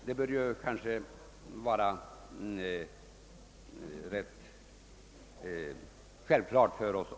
Den saken torde vara självklar.